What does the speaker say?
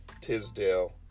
Tisdale